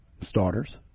Starters